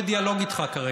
תבהיר בדיוק מה,